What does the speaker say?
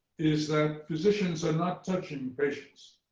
is that physicians are not touching patients.